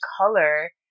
color